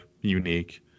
unique